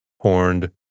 horned